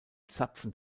zapfen